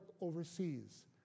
overseas